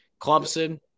Clemson